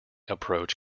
approach